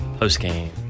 Postgame